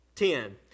ten